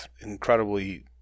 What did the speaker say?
incredibly